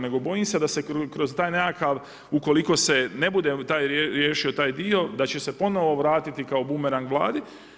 Nego bojim se da se kroz taj nekakav, ukoliko se ne bude riješio taj dio da će se ponovno vratiti kao bumerang Vladi.